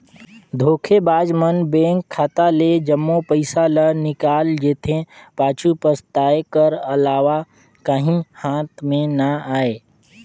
धोखेबाज मन बेंक खाता ले जम्मो पइसा ल निकाल जेथे, पाछू पसताए कर अलावा काहीं हाथ में ना आए